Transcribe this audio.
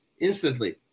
instantly